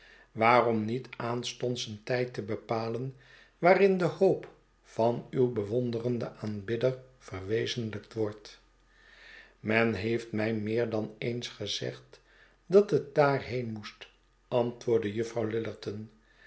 waarom niet aanstonds een tijd te bepalen waarin de hoop van uw bewonderende aanbidder verwezenlijkt wordt men heeft mij meer dan eens gezegd dat het daarheen moest antwoordde juffrouw